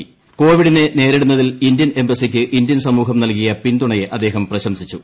്കോവിഡിനെ നേരിടുന്നതിൽ ഇന്ത്യൻ എംബസിക്കു ഇന്ത്യൻ സമൂഹം നൽകിയ പിന്തുണയെ അദ്ദേഹം പ്രശംസിച്ചു